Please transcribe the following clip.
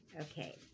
Okay